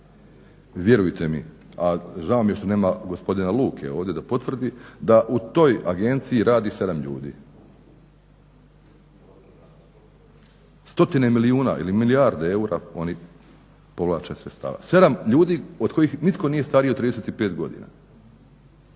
Vjerujte mi, a žao mi je što nema gospodina Luke ovdje da potvrdi da u toj agenciji radi sedam ljudi. Stotine milijuna ili milijarde eura oni povlače sredstava. Sedam ljudi od kojih nitko nije stariji od 35 godina.